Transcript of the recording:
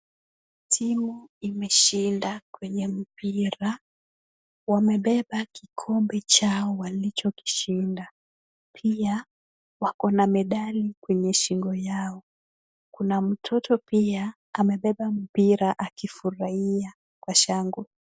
Timu imeshinda kwenye mpira, wamebeba kikombe chao walichokishinda, pia wako na medali kwenye shingo yao, kuna mtoto pia amebeba mpira akifurahia kwa shangwe.